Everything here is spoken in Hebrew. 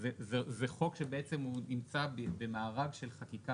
זה חוק שבעצם הוא נמצא במערב של חקיקה